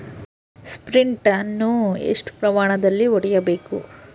Sprint ಅನ್ನು ಎಷ್ಟು ಪ್ರಮಾಣದಲ್ಲಿ ಹೊಡೆಯಬೇಕು?